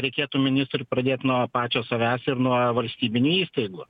reikėtų ministrui pradėt nuo pačios savęs ir nuo valstybinių įstaigų